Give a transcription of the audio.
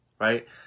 right